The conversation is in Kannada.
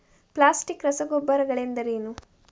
ಪ್ಲಾಸ್ಟಿಕ್ ರಸಗೊಬ್ಬರಗಳೆಂದರೇನು?